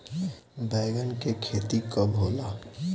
बैंगन के खेती कब होला?